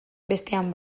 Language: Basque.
bestean